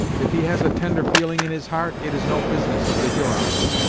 if he has a tender feeling in his heart, it is no business of the hurons.